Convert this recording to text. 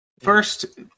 First